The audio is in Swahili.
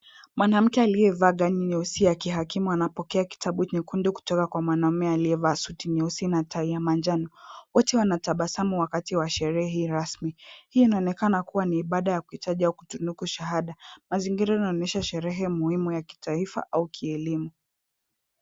Mwanamke aliyevaa gauni nyeusi ya kihakimu anapokea kitabu nyekundu kutoka kwa mwanamume aliyevaa suti nyeusi na tai ya manjano. Wote wanatabasamu wakati wa sherehe hii rasmi. Hii inaonekana kuwa ni ibada ya kuitaja ya kutunuku shahada. Mazingira inaonyesha sherehe muhimu ya kitaifa au kielimu.